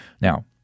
Now